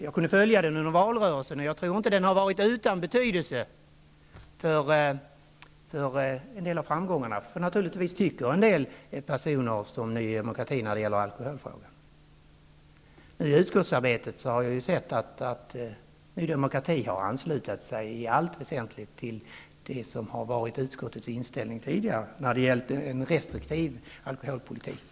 Jag kunde följa den under valrörelsen, och jag tror inte att den har varit utan betydelse för en del av framgångarna -- naturligtvis tycker en del personer som Ny demokrati i alkoholfrågan. I utskottsarbetet har jag sett att Ny demokrati i allt väsentligt har anslutit sig till utskottets tidigare inställning när det gällt en restriktiv alkoholpolitik.